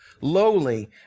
lowly